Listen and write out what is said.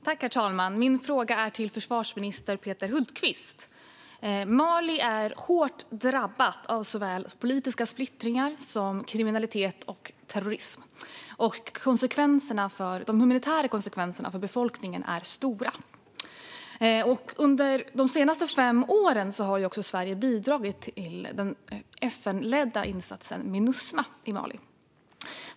Herr talman! Min fråga är riktad till försvarsminister Peter Hultqvist. Mali är hårt drabbat av såväl politisk splittring som kriminalitet och terrorism. De humanitära konsekvenserna för befolkningen är stora. Under de senaste fem åren har Sverige bidragit till den FN-ledda insatsen Minusma i Mali.